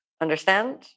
Understand